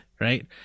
right